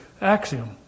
axiom